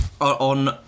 on